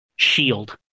shield